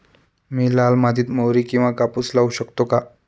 मी लाल मातीत मोहरी किंवा कापूस लावू शकतो का?